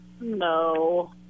No